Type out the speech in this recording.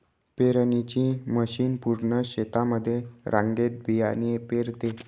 पेरणीची मशीन पूर्ण शेतामध्ये रांगेत बियाणे पेरते